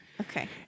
Okay